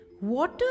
Water